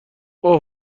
اوه